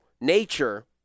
nature